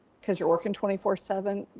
cause you're working twenty four seven,